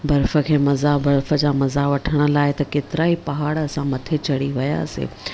बर्फ़ खे मज़ा बर्फ़ जा मज़ा वठण लाइ त केतिरा ई पहाड़ असां मथे चढ़ी वियासीं